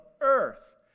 earth